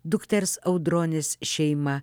dukters audronės šeima